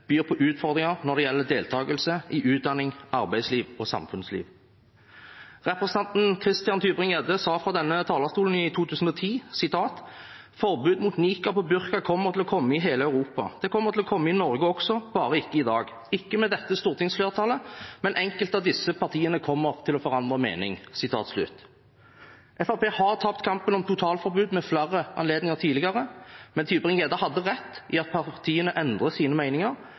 byr på utfordringer når det gjelder deltakelse i utdanning, arbeidsliv og samfunnsliv. Representanten Christian Tybring-Gjedde sa fra denne talerstolen i 2010 at «forbud mot niqab og burka kommer til å komme i hele Europa. Det kommer til å komme i Norge også – ikke i dag, ikke med dette stortingsflertallet, men enkelte av disse partiene kommer til å forandre mening.» Fremskrittspartiet har tapt kampen om totalforbud ved flere anledninger tidligere, men Tybring-Gjedde hadde rett i at partiene endrer sine